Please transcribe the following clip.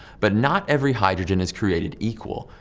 but not every hydrogen is created equal.